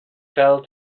fell